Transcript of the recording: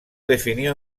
definió